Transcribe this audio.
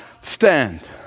stand